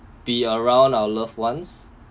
be around our loved ones